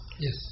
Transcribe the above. Yes